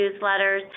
newsletters